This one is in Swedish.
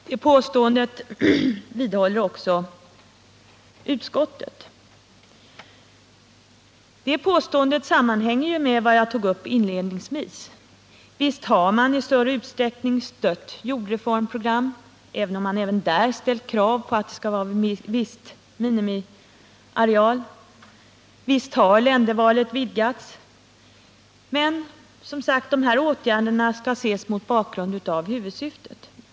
Det påståendet, som även utskottet vidhåller, sammanhänger med vad jag tog upp inledningsvis. Visst har man i större usträckning stött jordreformprogram, även om man ställt krav på viss minimiareal. Visst har ländervalet vidgats. Men dessa åtgärder skall, som sagt, ses mot bakgrund av huvudsyftet.